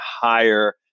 higher